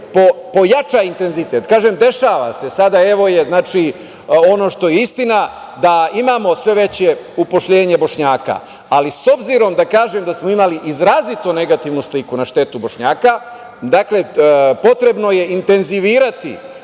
pojača intenzitet. Kažem, dešava se, dakle, ono što je istina je da imamo sve veće zapošljavanje Bošnjaka, ali s obzirom da smo imali izrazito negativnu sliku na štetu Bošnjaka, potrebno je intenzivirati